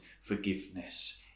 forgiveness